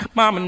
Mama